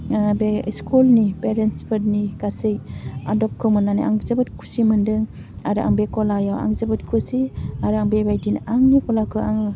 ओह बे स्कुलनि फेरेन्ट्सफोरनि गासै आदबखौ मोननानै आं जोबोद खुसि मोन्दों आरो आं बे गलायाव आं जोबोद खुसि आरो आं बेबायदिनो आंनि गलाखौ आङो